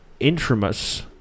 intramus